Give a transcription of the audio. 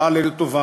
הבאה עלינו לטובה,